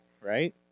Right